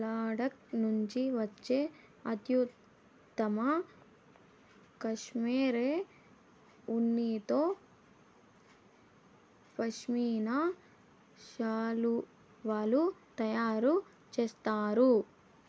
లడఖ్ నుండి వచ్చే అత్యుత్తమ కష్మెరె ఉన్నితో పష్మినా శాలువాలు తయారు చేస్తారు